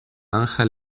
anjel